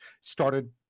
started